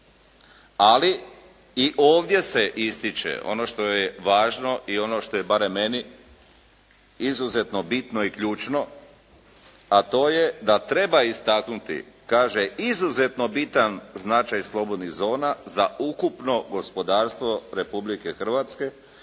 Ali i ovdje se ističe ono što je važno i ono što je barem meni izuzetno bitno i ključno, a to je da treba istaknuti kaže izuzetno bitan značaj slobodnih zona za ukupno gospodarstvo Republike Hrvatske